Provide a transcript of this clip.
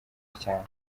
cyane